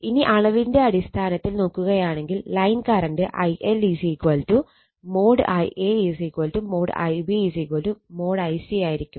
ഇനി അളവിന്റെ അടിസ്ഥാനത്തിൽ നോക്കുകയാണെങ്കിൽ line current IL |Ia| |Ib| |Ic| ആയിരിക്കും